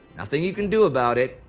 nothing you can do about it.